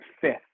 fifth